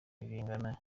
tibingana